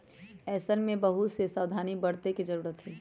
ऐसन में बहुत से सावधानी बरते के जरूरत हई